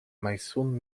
maishuhn